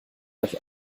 gleich